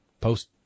post